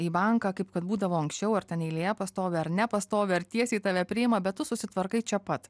į banką kaip kad būdavo anksčiau ar ten eilėje pastovi ar nepastovi ar tiesiai tave priima bet tu susitvarkai čia pat